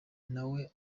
nawe